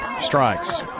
strikes